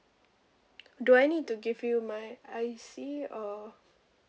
do I need to give you my I_C or